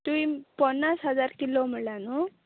तुवें पोन्नास हजार किलो म्हणलां न्हू